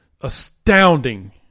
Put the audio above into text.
astounding